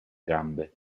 gambe